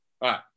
right